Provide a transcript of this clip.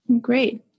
Great